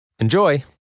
Enjoy